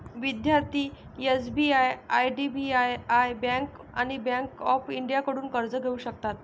विद्यार्थी SBI IDBI bank आणि bank of इंडियाकडून कर्ज घेऊ शकतात